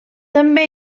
també